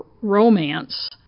romance